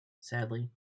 sadly